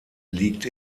liegt